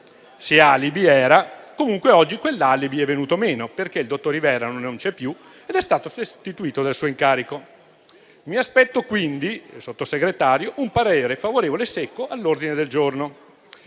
se alibi era, oggi è venuto meno, perché il dottor Rivera non c'è più ed è stato destituito dal suo incarico. Mi aspetto quindi, signor Sottosegretario, un parere favorevole secco sull'ordine del giorno.